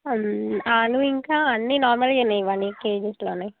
ఆలు ఇంకా అన్నీ నార్మల్గానే ఇవ్వండి కేజీస్లోనే